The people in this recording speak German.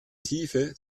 tiefe